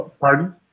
Pardon